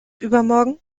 übermorgen